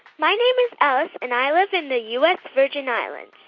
my name is ellis, and i live in the u s. virgin islands.